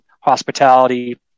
hospitality